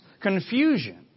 Confusion